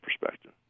perspective